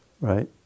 right